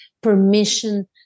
permission